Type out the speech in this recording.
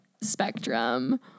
spectrum